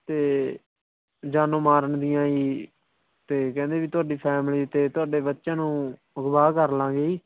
ਅਤੇ ਜਾਨੋਂ ਮਾਰਨ ਦੀਆਂ ਜੀ ਅਤੇ ਕਹਿੰਦੇ ਵੀ ਤੁਹਾਡੀ ਫੈਮਿਲੀ ਅਤੇ ਤੁਹਾਡੇ ਬੱਚਿਆਂ ਨੂੰ ਅਗਵਾਹ ਕਰ ਲਵਾਂਗੇ ਜੀ